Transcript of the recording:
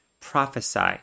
prophesy